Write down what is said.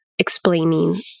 Explaining